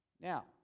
Now